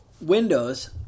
Windows